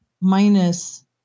minus